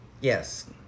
Yes